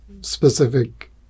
specific